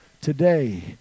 today